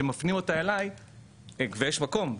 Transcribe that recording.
כשמפנים אותה אליי ויש מקום,